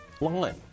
line